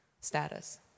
status